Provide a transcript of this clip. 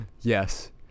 Yes